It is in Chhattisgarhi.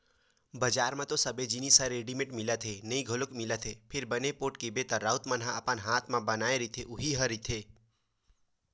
बजार म तो सबे जिनिस ह रेडिमेंट मिलत हे नोई घलोक मिलत हे फेर बने पोठ कहिबे त राउत मन ह अपन हात म बनाए रहिथे उही ह रहिथे